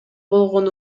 болгон